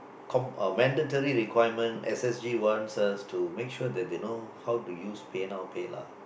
com uh mandatory requirement S_S_G wants us to make sure that they know how to use PayNow PayNow